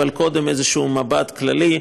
אבל קודם איזשהו מבט כללי.